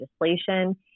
legislation